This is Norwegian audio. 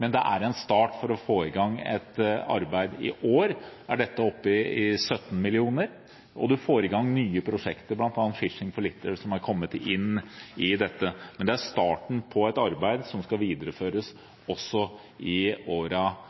men det er en start for å få i gang et arbeid. I år er dette oppe i 17 mill. kr, og man får i gang nye prosjekter, bl.a. Fishing for Litter, som er kommet inn i dette. Men det er starten på et arbeid som skal videreføres i